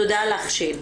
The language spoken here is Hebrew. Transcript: תודה לך, ש'.